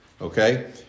Okay